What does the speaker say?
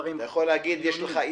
אחד אפשר להגיד על הקמעונאים,